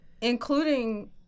including –